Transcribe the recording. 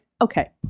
Okay